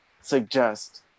suggest